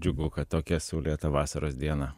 džiugu kad tokią saulėtą vasaros dieną